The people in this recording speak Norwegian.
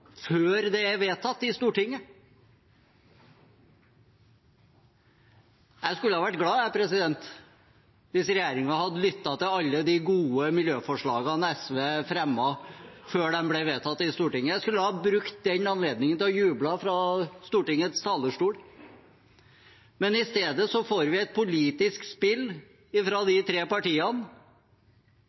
før det er vedtatt i Stortinget. Jeg skulle vært glad hvis regjeringen hadde lyttet til alle de gode miljøforslagene SV fremmer, før de ble vedtatt i Stortinget. Jeg skulle ha brukt den anledningen til å juble fra Stortingets talerstol, men i stedet får vi et politisk spill fra de tre partiene,